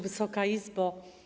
Wysoka Izbo!